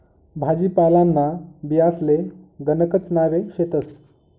भाजीपालांना बियांसले गणकच नावे शेतस